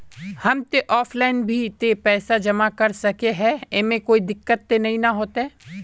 हम ते ऑफलाइन भी ते पैसा जमा कर सके है ऐमे कुछ दिक्कत ते नय न होते?